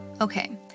Okay